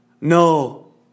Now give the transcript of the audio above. No